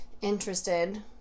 interested